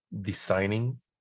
designing